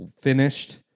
finished